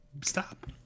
Stop